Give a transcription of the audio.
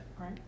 right